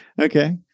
Okay